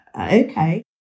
okay